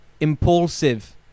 impulsive